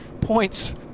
points